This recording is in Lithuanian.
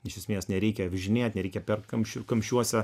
iš esmės nereikia važinėt nereikia per kamščių kamščiuose